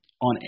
on